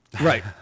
Right